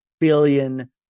billion